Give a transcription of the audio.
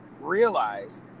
realize